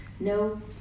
No